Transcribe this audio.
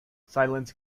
silence